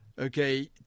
Okay